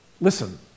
Listen